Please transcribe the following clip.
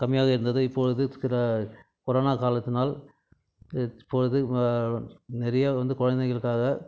கம்மியாக இருந்தது இப்பொழுது இருக்கிற கொரோனா காலத்தினால் இப்பொழுது நிறைய வந்து குழந்தைங்களுக்காக